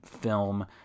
film